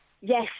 Yes